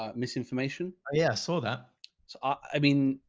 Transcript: um misinformation. i yeah saw that. so i mean,